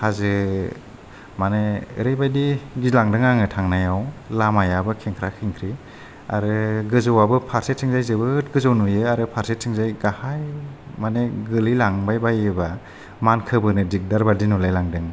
हाजो माने ओरैबायदि गिलांदों आङो थांनायाव लामायाबो खेंख्रा खेंख्रि आरो गोजौवाबो फारसेथिंजाय जोबोद गोजौ नुयो आरो फारसेजों गाहाय माने गोलै लांबाय बायोबा मानखोबोनो दिगदार बायदि नुलाय लांदों